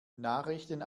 nachrichten